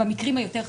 במקרים היותר חמורים,